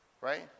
right